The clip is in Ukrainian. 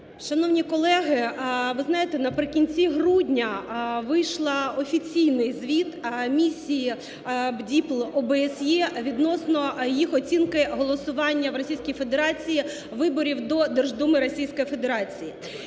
Шановні колеги, ви знаєте, наприкінці грудня вийшов офіційний Звіт Місії БДІПЛ ОБСЄ відносно їх оцінки голосування в Російській Федерації виборів до Держдуми Російської Федерації.